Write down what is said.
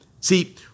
See